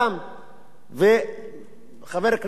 וחבר הכנסת אגבאריה,